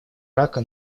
рака